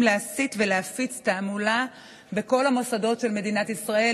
להסית ולהפיץ תעמולה בכל המוסדות של מדינת ישראל,